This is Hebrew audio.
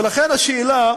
ולכן השאלה: